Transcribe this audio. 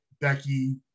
Becky